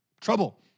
trouble